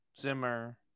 Zimmer